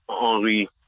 Henry